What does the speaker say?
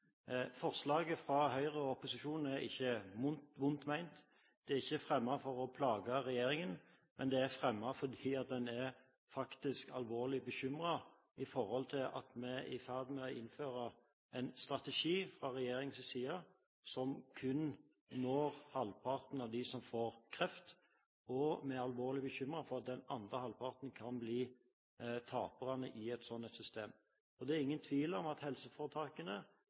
Forslaget fra Høyre og opposisjonen er ikke vondt ment. Det er ikke fremmet for å plage regjeringen, men det er fremmet fordi en faktisk er alvorlig bekymret for at en fra regjeringens side er i ferd med å innføre en strategi som kun når halvparten av dem som får kreft, og vi er alvorlig bekymret for at den andre halvparten kan bli taperne i et slikt system. Det er ingen tvil om at helseforetakene